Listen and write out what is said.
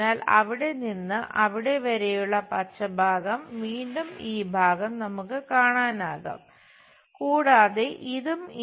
അതിനാൽ അവിടെ നിന്ന് അവിടെ വരെയുള്ള പച്ച ഭാഗം വീണ്ടും ഈ ഭാഗം നമുക്ക് കാണാനാകും കൂടാതെ ഇതും